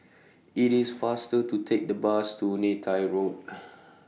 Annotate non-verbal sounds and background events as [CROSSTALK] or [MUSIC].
[NOISE] IT IS faster to Take The Bus to Neythai Road [NOISE]